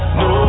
no